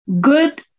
good